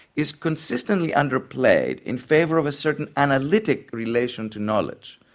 is consistently underplayed in favour of a certain analytic relation to knowledge,